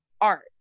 art